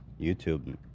YouTube